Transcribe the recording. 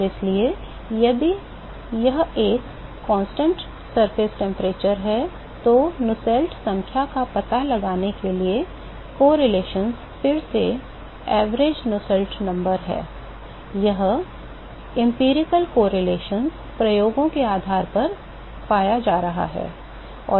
और इसलिए यदि यह एक स्थिर सतह तापमान है तो नुसेल्ट संख्या का पता लगाने के लिए सहसंबंध फिर से यह औसत नुसेल्ट संख्या है यह अनुभवजन्य सहसंबंध प्रयोगों के आधार पर पाया जा रहा है